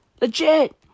legit